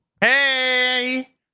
hey